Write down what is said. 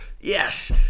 yes